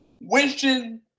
wishing